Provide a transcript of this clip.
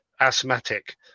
asthmatic